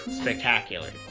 spectacular